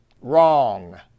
Wrong